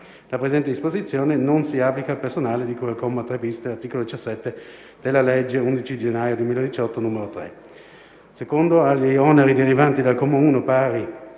La presente disposizione non si applica al personale di cui al comma 3-*bis* dell'articolo 17 della legge 11 gennaio 2018, n. 3.